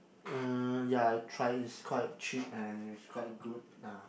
uh ya I try is quite cheap and is quite good ah